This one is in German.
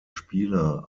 spieler